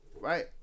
right